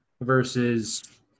versus